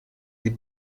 die